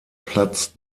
platz